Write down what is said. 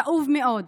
הכאוב מאוד,